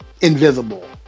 invisible